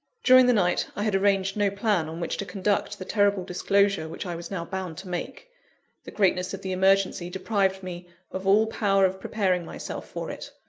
during the night, i had arranged no plan on which to conduct the terrible disclosure which i was now bound to make the greatness of the emergency deprived me of all power of preparing myself for it.